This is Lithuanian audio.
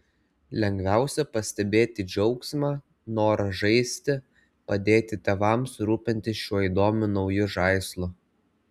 lengviausia pastebėti džiaugsmą norą žaisti padėti tėvams rūpintis šiuo įdomiu nauju žaislu